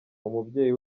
umubyeyi